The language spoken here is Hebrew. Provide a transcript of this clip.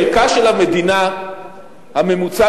חלקה של המדינה הממוצע,